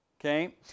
Okay